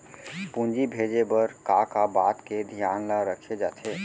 पूंजी भेजे बर का का बात के धियान ल रखे जाथे?